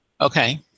okay